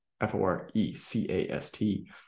f-o-r-e-c-a-s-t